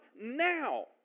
now